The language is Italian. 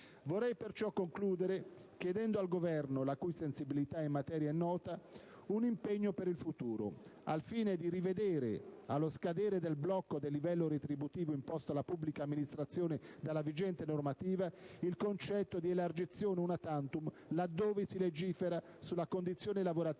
Vorrei perciò concludere chiedendo al Governo, la cui sensibilità in materia è nota, un impegno per il futuro: al fine di rivedere - allo scadere del blocco del livello retributivo imposto alla pubblica amministrazione dalla vigente normativa - il concetto di elargizione *una tantum* là dove si legifera sulla condizione lavorativa